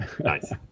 Nice